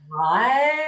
Right